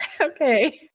Okay